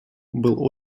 был